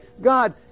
God